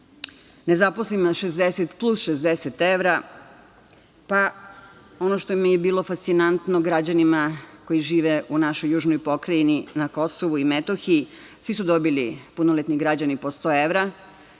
nezaposlenima plus 60 evra, pa ono što mi je bilo fascinantno građanima koji žive u našoj južnoj pokrajini na KiM, svi su dobili, punoletni građani po sto evra.